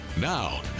Now